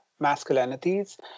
masculinities